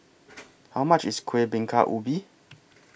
How much IS Kuih Bingka Ubi